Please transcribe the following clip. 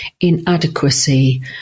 inadequacy